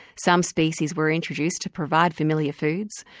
some species were introduced to provide familiar foods.